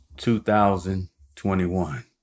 2021